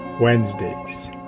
Wednesdays